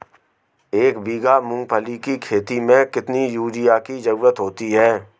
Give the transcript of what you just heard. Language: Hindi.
एक बीघा मूंगफली की खेती में कितनी यूरिया की ज़रुरत होती है?